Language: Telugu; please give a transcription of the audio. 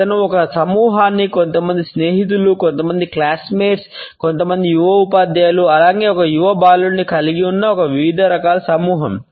అతను ఒక సమూహాన్ని కొంతమంది స్నేహితులు కొంతమంది క్లాస్మేట్స్ కొంతమంది యువ ఉపాధ్యాయులు అలాగే ఒక యువ బాలుడిని కలిగి ఉన్న ఒక వివిధ రకాల సమూహం